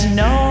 no